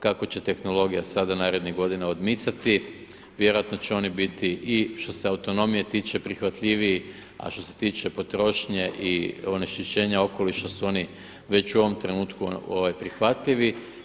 Kako će tehnologija sada narednih godina odmicati vjerojatno će oni biti i što se autonomije tiče prihvatljiviji, a što se tiče potrošnje i onečišćenja okoliša su oni već u ovom trenutku prihvatljivi.